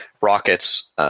rockets